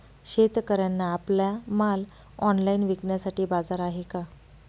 शेतकऱ्यांना आपला माल ऑनलाइन विकण्यासाठी बाजार आहे का?